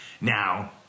Now